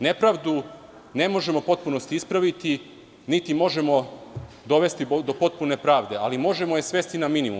Nepravdu ne možemo u potpunosti ispraviti, niti možemo dovesti do potpune pravde, ali možemo je svesti na minimum.